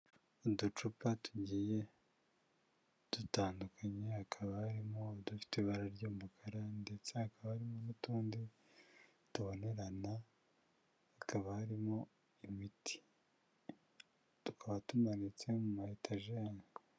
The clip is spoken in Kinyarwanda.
Uducupa tugiye dutandukanye, hakaba harimo udufite ibara ry'umukara, ndetse hakaba harimo n'utundi tubonerana, hakaba harimo imiti, tukaba tumanitse mu mayetajeri.